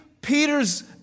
Peter's